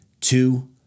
two